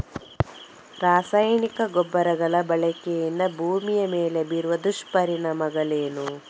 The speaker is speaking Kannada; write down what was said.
ರಾಸಾಯನಿಕ ಗೊಬ್ಬರಗಳ ಬಳಕೆಯಿಂದಾಗಿ ಭೂಮಿಯ ಮೇಲೆ ಬೀರುವ ದುಷ್ಪರಿಣಾಮಗಳೇನು?